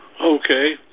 Okay